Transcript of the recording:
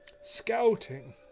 scouting